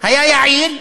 היה יעיל,